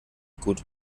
gut